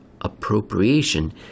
appropriation